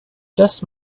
just